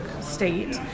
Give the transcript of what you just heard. State